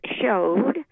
showed